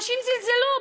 אנשים זלזלו,